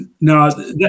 no